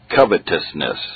covetousness